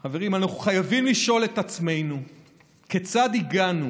חברים אנחנו חייבים לשאול את עצמנו כיצד הגענו